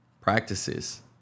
practices